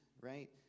right